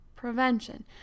prevention